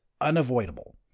unavoidable